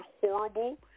horrible